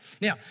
Now